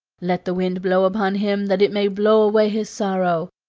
let the wind blow upon him that it may blow away his sorrow.